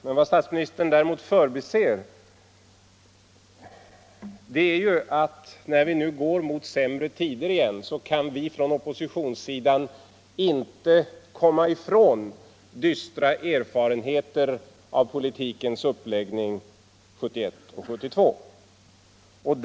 Men vad statsministern förbiser är att när vi nu går mot sämre tider igen kan vi från oppositionssidan inte komma ifrån dystra erfarenheter av politikens uppläggning 1971 och 1972.